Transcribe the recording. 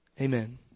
Amen